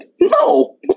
no